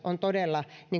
on todella